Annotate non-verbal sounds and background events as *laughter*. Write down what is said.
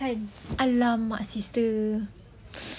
!alamak! sister *noise*